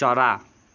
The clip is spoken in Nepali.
चरा